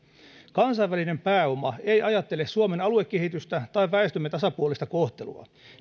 kansainvälinen pääoma ei ajattele suomen aluekehitystä tai väestömme tasapuolista kohtelua